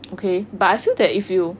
okay but I feel that if you